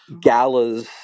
galas